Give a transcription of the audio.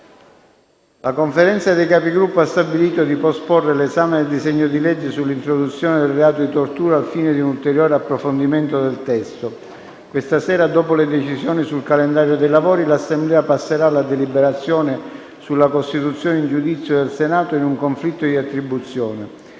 La Conferenza dei Capigruppo ha stabilito di posporre l'esame del disegno di legge sull'introduzione del reato di tortura al fine di un ulteriore approfondimento del testo. Questa sera, dopo le decisioni sul calendario dei lavori, l'Assemblea passerà alla deliberazione sulla costituzione in giudizio del Senato in un conflitto di attribuzione.